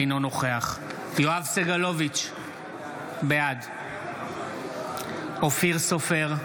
אינו נוכח יואב סגלוביץ' בעד אופיר סופר,